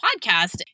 podcast